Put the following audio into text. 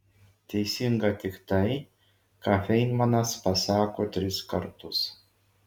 teisinga tik tai ką feinmanas pasako tris kartus